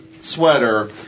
Sweater